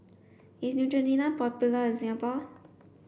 is Neutrogena popular in Singapore